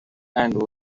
and